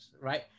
right